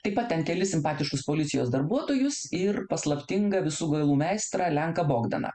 taip pat kelis simpatiškus policijos darbuotojus ir paslaptingą visų galų meistrą lenką bogdaną